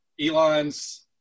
Elon's